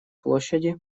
площади